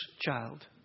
child